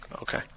okay